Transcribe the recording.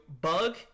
bug